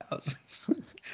Thousands